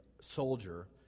soldier